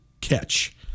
catch